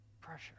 pressure